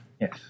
yes